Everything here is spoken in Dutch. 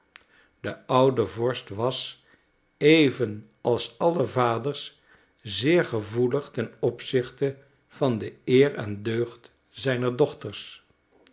de oude vorst was even als alle vaders zeer gevoelig ten opzichte van de eer en deugd zijner dochters